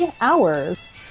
hours